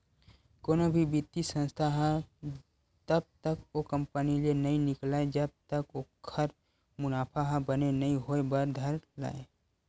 कोनो भी बित्तीय संस्था ह तब तक ओ कंपनी ले नइ निकलय जब तक ओखर मुनाफा ह बने नइ होय बर धर लय